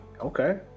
Okay